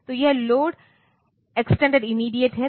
तो यह load extended immediate है